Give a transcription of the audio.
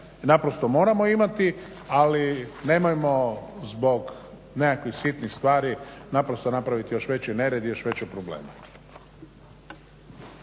naprosto moramo imati, ali nemojmo zbog nekakvih sitnih stvari naprosto napraviti još veći nered i još veće probleme.